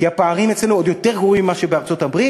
כי הפערים אצלנו עוד יותר גרועים מאשר בארצות-הברית,